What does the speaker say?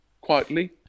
quietly